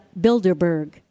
Bilderberg